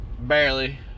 Barely